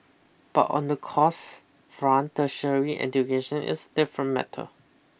but on the costs front tertiary education is different matter